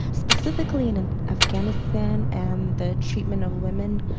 specifically in and afghanistan and the treatment of women